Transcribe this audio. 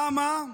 למה?